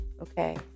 Okay